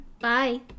Bye